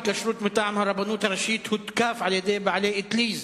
שמונה בעד,